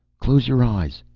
close your eyes!